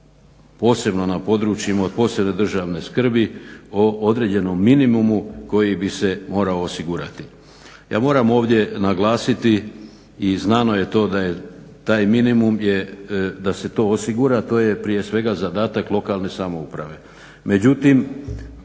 posebno na područjima od posebne državne skrbi, o određenom minimumu koji bi se morao osigurati. Ja moram ovdje naglasiti i znano je to da je taj minimum da se to osigura to je prije svega zadatak lokalne samouprave.